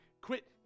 quit